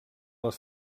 les